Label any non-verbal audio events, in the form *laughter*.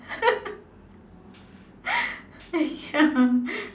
*laughs* ya